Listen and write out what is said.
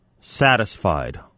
satisfied